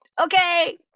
okay